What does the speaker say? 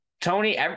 Tony